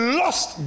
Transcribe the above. lost